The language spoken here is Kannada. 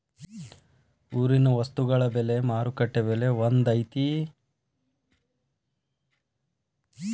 ಊರಿನ ವಸ್ತುಗಳ ಬೆಲೆ ಮಾರುಕಟ್ಟೆ ಬೆಲೆ ಒಂದ್ ಐತಿ?